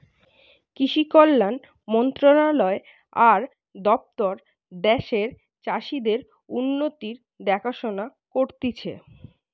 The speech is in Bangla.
কৃষি কল্যাণ মন্ত্রণালয় আর দপ্তর দ্যাশের চাষীদের উন্নতির দেখাশোনা করতিছে